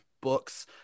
books